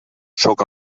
sóc